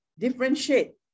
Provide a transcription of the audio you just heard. Differentiate